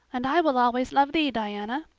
and i will always love thee, diana,